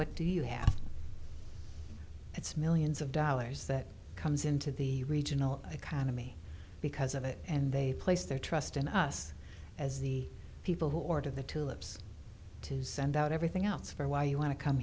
what do you have it's millions of dollars that comes into the regional economy because of it and they place their trust in us as the people who order the tulips to send out everything else for why you want to come